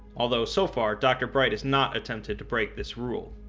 although so far dr. bright has not attempted to break this rule.